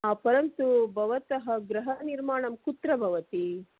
हा परन्तु भवतः गृहनिर्माणं कुत्र भवति